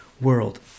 world